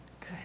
Good